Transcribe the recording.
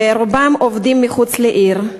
ורובם עובדים מחוץ לעיר.